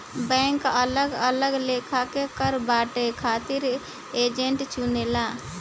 bank अलग अलग लेखा के कर बांटे खातिर एजेंट चुनेला